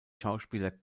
schauspieler